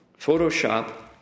Photoshop